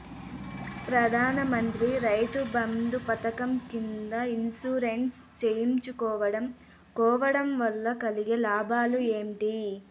ప్రధాన మంత్రి రైతు బంధు పథకం కింద ఇన్సూరెన్సు చేయించుకోవడం కోవడం వల్ల కలిగే లాభాలు ఏంటి?